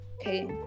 Okay